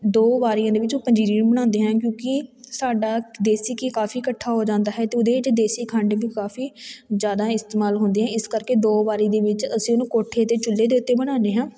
ਦੋ ਵਾਰੀਆਂ ਦੇ ਵਿੱਚ ਪੰਜੀਰੀ ਨੂੰ ਬਣਾਉਂਦੇ ਹਾਂ ਕਿਉਂਕਿ ਸਾਡਾ ਦੇਸੀ ਘੀ ਕਾਫੀ ਇਕੱਠਾ ਹੋ ਜਾਂਦਾ ਹੈ ਅਤੇ ਉਹਦੇ 'ਚ ਦੇਸੀ ਖੰਡ ਵੀ ਕਾਫੀ ਜ਼ਿਆਦਾ ਇਸਤੇਮਾਲ ਹੁੰਦੀ ਹੈ ਇਸ ਕਰਕੇ ਦੋ ਵਾਰੀ ਦੇ ਵਿੱਚ ਅਸੀਂ ਉਹਨੂੰ ਕੋਠੇ 'ਤੇ ਚੁੱਲ੍ਹੇ ਦੇ ਉੱਤੇ ਬਣਾਉਂਦੇ ਹਾਂ